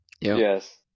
Yes